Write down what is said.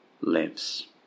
lives